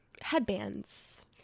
headbands